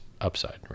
upside